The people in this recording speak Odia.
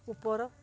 ଉପର